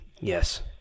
Yes